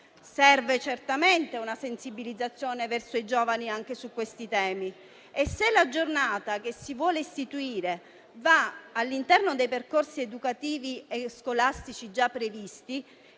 Serve certamente una sensibilizzazione dei giovani su questi temi. Se la giornata che si vuole istituire va all'interno dei percorsi educativi e scolastici già previsti